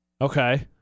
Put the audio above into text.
Okay